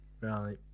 Right